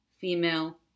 female